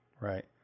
Right